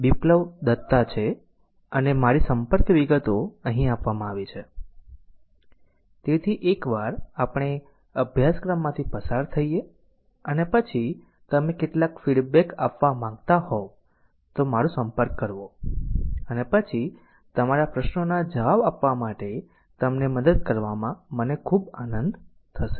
બિપ્લબ દત્તા છે અને મારી સંપર્ક વિગતો અહીં આપવામાં આવી છે તેથી એકવાર આપણે અભ્યાસક્રમમાંથી પસાર થઈએ અને પછી તમે કેટલાક ફીડબેક આપવા માંગતા હોવ તો મારો સંપર્ક કરવો અને પછી તમારા પ્રશ્નોના જવાબ આપવા માટે તમને મદદ કરવામાં મને ખૂબ આનંદ થશે